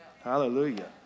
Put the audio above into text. hallelujah